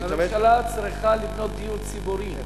הממשלה צריכה לבנות דיור ציבורי.